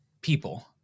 people